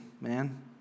man